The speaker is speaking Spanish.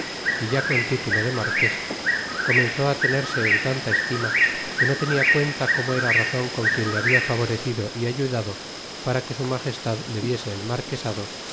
é ya con título de marques comenzó tenerse en tanta estima que no tenia cuenta como era razon con quien le habla favorecido é ayudado para que su magestad le diese el marquesado